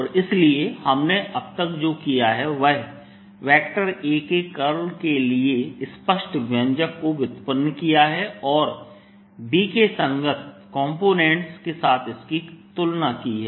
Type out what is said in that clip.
और इसलिए हमने अब तक जो किया है वह A के कर्ल के लिए स्पष्ट व्यंजक को व्युत्पन्न किया है और B के संगत कॉम्पोनेंट्स के साथ इसकी तुलना की है